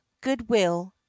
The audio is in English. Goodwill